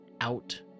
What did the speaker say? out